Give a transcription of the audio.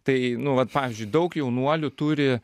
tai nu vat pavyzdžiui daug jaunuolių turi